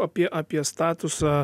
apie apie statusą